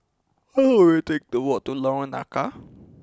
how long will it take to walk to Lorong Nangka